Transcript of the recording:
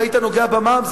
אם היית נוגע במע"מ,